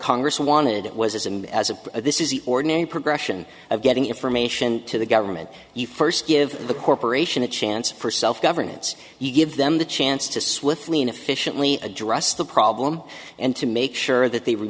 congress wanted it was as and as a this is the ordinary progression of getting information to the government you first give the corporation a chance for self governance you give them the chance to swiftly and efficiently address the problem and to make sure that they re